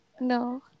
No